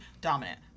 dominant